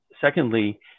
Secondly